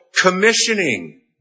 commissioning